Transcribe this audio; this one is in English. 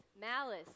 malice